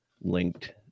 linked